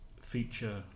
feature